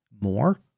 more